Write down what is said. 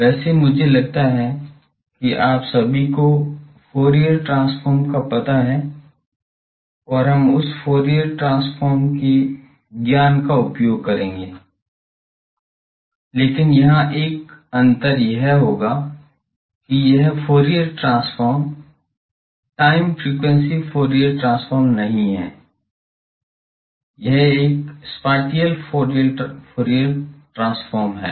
वैसे मुझे लगता है कि आप सभी को फूरियर ट्रांसफॉर्म का पता है और हम उस फूरियर ट्रांसफॉर्म के ज्ञान का उपयोग करेंगे लेकिन यहां एक अंतर यह होगा कि यह Fourier transform time frequency Fourier transform नहीं है यह एक स्पाटिअल फूरियर ट्रांसफॉर्म है